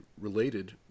related